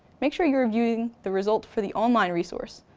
make sure you're reviewing the result for the online resource,